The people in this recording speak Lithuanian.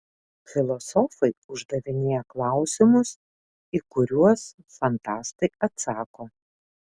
filosofai uždavinėja klausimus į kuriuos fantastai atsako